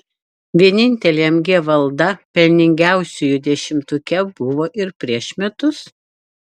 vienintelė mg valda pelningiausiųjų dešimtuke buvo ir prieš metus